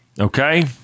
okay